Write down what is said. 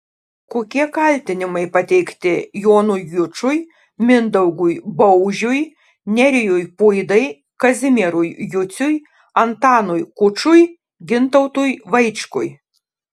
kokie kaltinimai pateikti jonui jučui mindaugui baužiui nerijui puidai kazimierui juciui antanui kučui gintautui vaičkui